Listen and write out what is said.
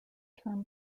term